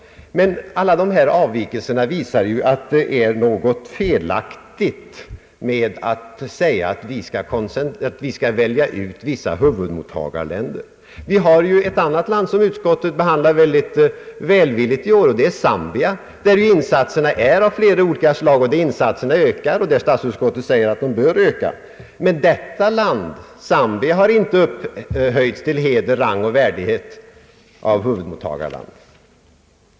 Alla dessa avvikelser visar att det är något fel när man säger att man skall » välja ut» vissa huvudmottagarländer. Det finns ett annat land som utskottet i år behandlar mycket välvilligt. Det är Zambia, där insatserna både ökar och är av olika slag. Statsutskottet säger också att insatserna bör öka i detta land, som dock inte har upphöjts till rang, heder och värdighet av huvudmottagarland.